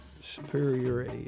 superior